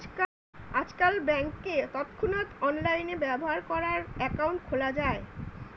আজকাল ব্যাংকে তৎক্ষণাৎ অনলাইনে ব্যবহার করার অ্যাকাউন্ট খোলা যায়